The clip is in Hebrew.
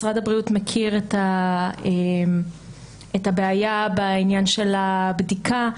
משרד הבריאות מכיר את הבעיה בעניין של הבדיקה.